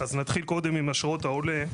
אז נתחיל קודם עם אשרות העולה,